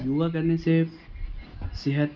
یوگا کرنے سے صحت